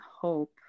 hope